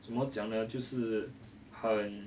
怎么讲呢就是很